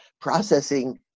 Processing